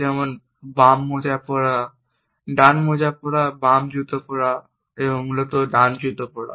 যেমন বাম মোজা পরা ডান মোজা পরা বাম জুতো পরা এবং মূলত ডান জুতো পরা